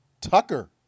Tucker